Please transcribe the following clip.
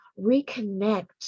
reconnect